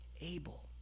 Abel